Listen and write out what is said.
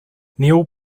neal